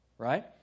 right